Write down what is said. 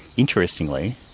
interestingly,